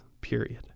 period